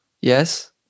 yes